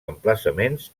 emplaçaments